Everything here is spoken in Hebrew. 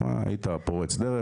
היית פורץ דרך,